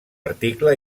article